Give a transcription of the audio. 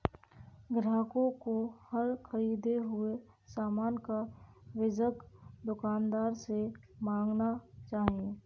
ग्राहकों को हर ख़रीदे हुए सामान का बीजक दुकानदार से मांगना चाहिए